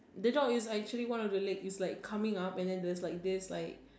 the dog is actually one of the leg it's like coming up and then it's like this like